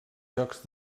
jocs